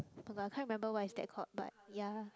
but but I can't remember what is that called but ya